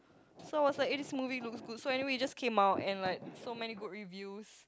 so I was like eh this movie looks good so anyway it just came out and like so many good reviews